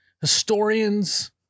Historians